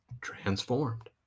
transformed